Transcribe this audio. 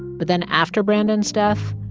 but then after brandon's death,